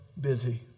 busy